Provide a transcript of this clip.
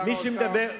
שר האוצר מקשיב.